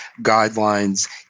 guidelines